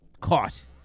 Caught